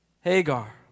Hagar